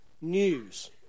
news